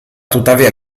tuttavia